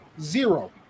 Zero